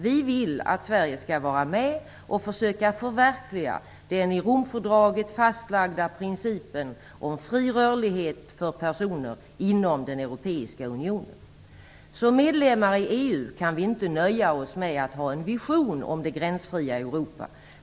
Vi vill att Sverige skall vara med och försöka förverkliga den i Romfördraget fastlagda principen om fri rörlighet för personer inom den europeiska unionen. Som medlemmar i EU kan vi inte nöja oss med att ha en vision om det gränsfria Europa.